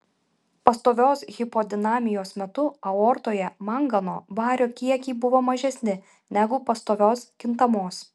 pastovios hipodinamijos metu aortoje mangano vario kiekiai buvo mažesni negu pastovios kintamos